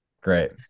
great